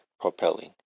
propelling